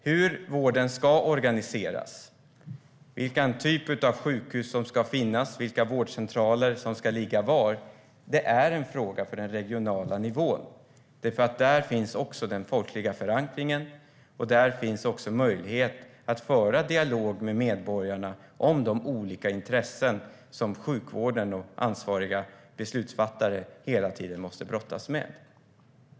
Hur vården ska organiseras, vilken typ av sjukhus som ska finnas och vilka vårdcentraler som ska ligga var är en fråga för den regionala nivån, för där finns den folkliga förankringen och även möjlighet att föra en dialog med medborgarna om de olika intressen sjukvården och ansvariga beslutsfattare hela tiden måste brottas med.